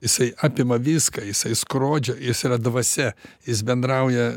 jisai apima viską jisai skrodžia jis yra dvasia jis bendrauja